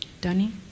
Danny